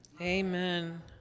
Amen